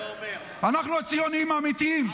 אנחנו הציונים האמיתיים.